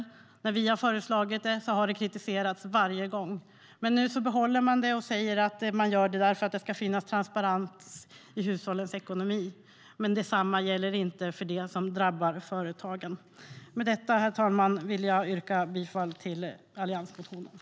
När vi har föreslagit det har det kritiserats varje gång, men nu behåller man det och säger att man gör det för att det ska finnas transparens i hushållens ekonomi. Men detsamma gäller inte när företagen drabbas.